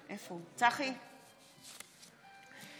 מצביע